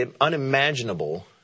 unimaginable